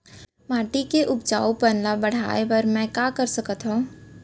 माटी के उपजाऊपन ल बढ़ाय बर मैं का कर सकथव?